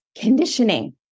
Conditioning